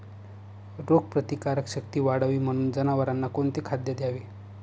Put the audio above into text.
रोगप्रतिकारक शक्ती वाढावी म्हणून जनावरांना कोणते खाद्य द्यावे?